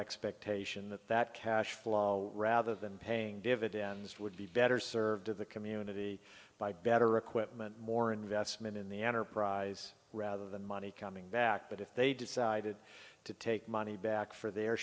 expectation that that cash flow rather than paying dividends would be better served to the community by better equipment more investment in the enterprise rather than money coming back but if they decided to take money back for their